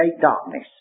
darkness